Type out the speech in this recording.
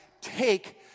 take